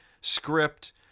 script